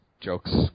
jokes